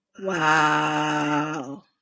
wow